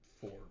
four